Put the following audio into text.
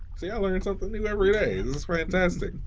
see, i'm learning something new every day. it's fantastic.